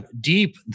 deep